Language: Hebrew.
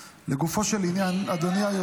לגופו של עניין, אחרונים במה?